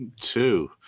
Two